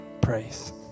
praise